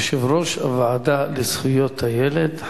יושב-ראש הוועדה לזכויות הילד,